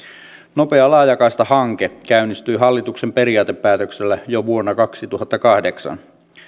nopea laajakaista hanke käynnistyi hallituksen periaatepäätöksellä jo vuonna kaksituhattakahdeksan